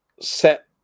set